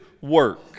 work